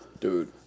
dude